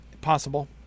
Possible